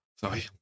Sorry